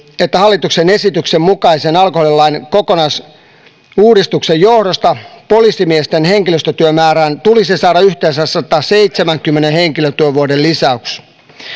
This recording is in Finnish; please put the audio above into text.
että hallituksen esityksen mukaisen alkoholilain kokonaisuudistuksen johdosta poliisimiesten henkilöstötyömäärään tulisi saada yhteensä sadanseitsemänkymmenen henkilötyövuoden lisäys